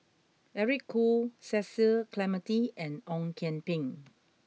Eric Khoo Cecil Clementi and Ong Kian Peng